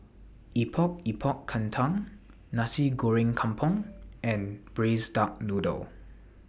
Epok Epok Kentang Nasi Goreng Kampung and Braised Duck Noodle